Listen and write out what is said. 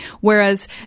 Whereas